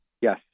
Yes